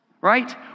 Right